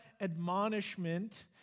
admonishment